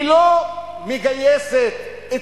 היא לא מגייסת את